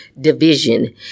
division